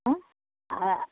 हँ आ